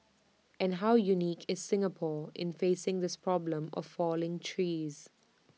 and how unique is Singapore in facing this problem of falling trees